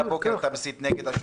מהבוקר אתה מסית נגד השופטים,